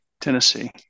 Tennessee